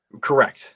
correct